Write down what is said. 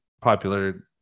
popular